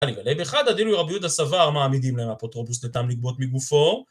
אבל בלב אחד, הדין הוא רבי יהודה סבר מעמידים להם אפוטרופוס לתם לגבות מגופו.